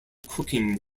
cooking